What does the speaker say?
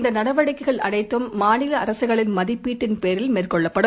இந்தநடவடிக்கைகள் அனைத்தும் மாநிலஅரசுகளின் மதிப்பீட்டின் பேரில் மேற்கொள்ளப்படும்